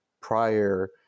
prior